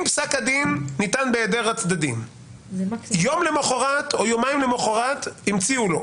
אם פסק הדין ניתן בהיעדר הצדדים ויום או יומיים למחרת המציאו לו,